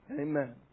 Amen